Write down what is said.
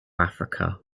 africa